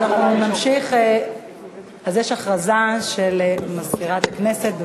יש הודעה של מזכירת הכנסת.